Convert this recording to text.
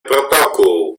protokół